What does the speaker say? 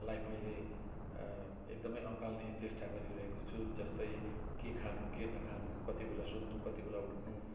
लाई मैले एकदमै अँगाल्ने चेष्टा गरिरहेको छु जस्तै के खानु के नखानु कति बेला सुत्नु कति बेला उठ्नु